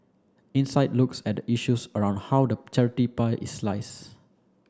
insight looks at the issues around how the charity pie is sliced